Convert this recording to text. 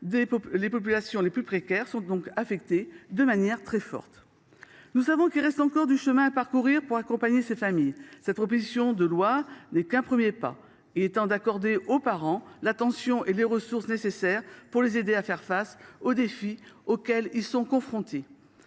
Les populations les plus précaires sont donc très fortement affectées. Nous le savons, il reste du chemin à parcourir pour accompagner ces familles : cette proposition de loi n’est qu’un premier pas. Il est temps d’accorder aux parents l’attention et les ressources nécessaires pour les aider à faire face aux défis auxquels ils sont confrontés.